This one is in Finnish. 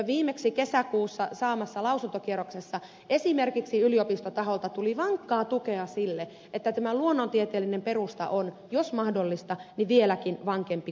viimeksi kesäkuussa saadussa lausuntokierroksessa esimerkiksi yliopistotaholta tuli vankkaa tukea sille että tämä luonnontieteellinen perusta on jos mahdollista vieläkin vankempi kuin aikaisemmin